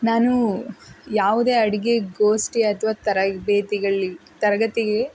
ನಾನು ಯಾವುದೇ ಅಡುಗೆ ಗೋಷ್ಠಿ ಅಥ್ವಾ ತರಬೇತಿಗಳಿಗೆ ತರಗತಿಗೆ